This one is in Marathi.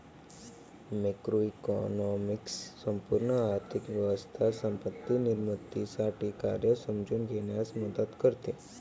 मॅक्रोइकॉनॉमिक्स संपूर्ण आर्थिक व्यवस्था संपत्ती निर्मितीचे कार्य समजून घेण्यास मदत करते